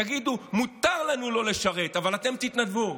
תגידו: מותר לנו לא לשרת, אבל אתם, תתנדבו.